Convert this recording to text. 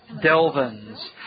delvin's